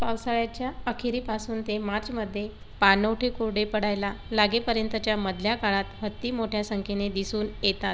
पावसाळ्याच्या अखेरीपासून ते मार्चमध्ये पाणवठे कोडे पडायला लागेपर्यंतच्या मधल्या काळात हत्ती मोठ्या संख्येने दिसून येतात